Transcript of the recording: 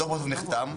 הדוח נחתם.